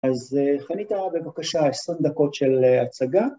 ‫אז חניתה בבקשה 20 דקות של הצגה.